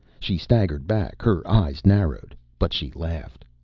she staggered back, her eyes narrow, but she laughed.